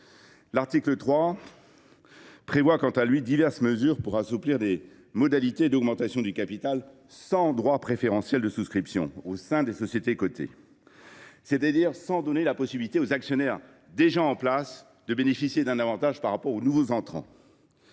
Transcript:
l’article 3 sont prévues diverses mesures d’assouplissement des modalités d’augmentation de capital sans droit préférentiel de souscription (DPS) au sein des sociétés cotées, c’est à dire sans donner la possibilité aux actionnaires déjà en place de bénéficier d’un avantage par rapport aux nouveaux entrants.